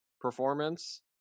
performance